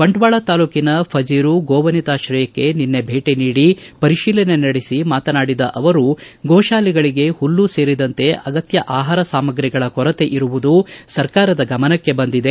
ಬಂಟ್ವಾಳ ತಾಲೂಕಿನ ಫಜೀರು ಗೋವನಿತಾತ್ರಯಕ್ಷೆ ನಿನ್ನೆ ಭೇಟಿ ಪರಿಶೀಲನೆ ನಡೆಸಿ ಮಾತನಾಡಿ ಅವರು ಗೋತಾಲೆಗಳಿಗೆ ಹುಲ್ಲು ಸೇರಿದಂತೆ ಅಗತ್ಯ ಆಹಾರ ಸಾಮಗ್ರಿಗಳ ಕೊರತೆ ಇರುವುದು ಸರಕಾರದ ಗಮನಕ್ಕೆ ಬಂದಿದೆ